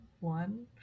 one